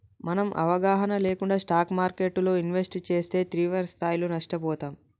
మనం అవగాహన లేకుండా స్టాక్ మార్కెట్టులో ఇన్వెస్ట్ చేస్తే తీవ్రస్థాయిలో నష్టపోతాం